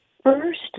first